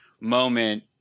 moment